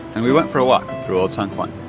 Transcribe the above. and we went for a walk through old san juan